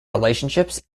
relationships